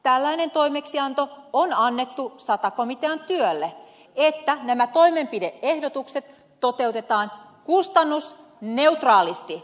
tällainen toimeksianto on annettu sata komitealle että nämä toimenpide ehdotukset toteutetaan kustannusneutraalisti